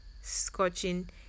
scorching